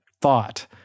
thought